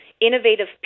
innovative